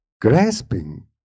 grasping